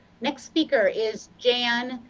next speaker is jen.